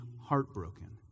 heartbroken